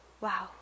Wow